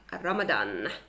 Ramadan